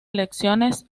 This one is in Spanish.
elecciones